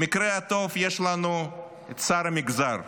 במקרה הטוב יש לנו את שר המגזר,